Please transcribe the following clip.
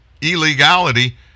illegality